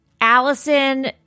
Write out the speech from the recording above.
Allison